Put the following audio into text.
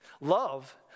Love